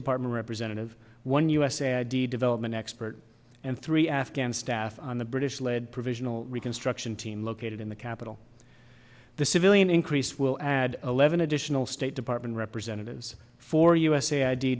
department representative one usa id development expert and three afghan staff on the british led provisional reconstruction team located in the capital the civilian increase will add eleven additional state department representatives for u